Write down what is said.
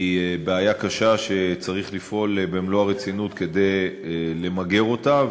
היא בעיה קשה שצריך לפעול במלוא הרצינות כדי למגר אותה.